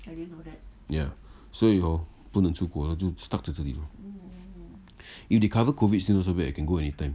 ya 所以 hor 不能出国就 stuck 在这里 lor if they cover COVID still not so bad I can go anytime